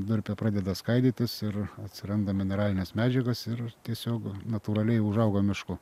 durpė pradeda skaidytis ir atsiranda mineralinės medžiagos ir tiesiog natūraliai užauga mišku